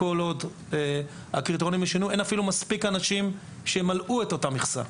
כל עוד הקריטריונים --- אין אפילו מספיק אנשים שימלאו את המכסה.